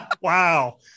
Wow